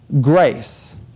grace